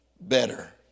better